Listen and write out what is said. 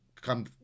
come